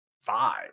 five